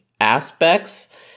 aspects